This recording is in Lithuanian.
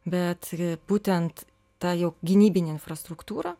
bet būtent ta jau gynybinė infrastruktūrė